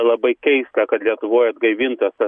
labai keista kad lietuvoj atgaivintas tas